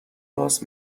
راست